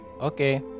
okay